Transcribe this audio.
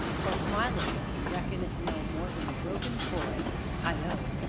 shall smile at this, and reckon it no more than a broken toy heigho!